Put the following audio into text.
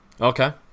okay